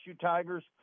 Tigers